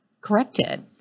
corrected